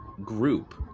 group